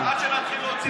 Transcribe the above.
עד שנתחיל להוציא אותך.